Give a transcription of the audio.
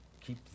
keep